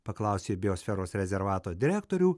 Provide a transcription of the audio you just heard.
paklausė biosferos rezervato direktorių